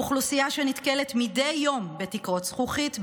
אוכלוסייה שנתקלת מדי יום בתקרות זכוכית,